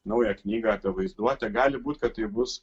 naują knygą apie vaizduotę gali būti kad tai bus